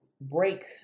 break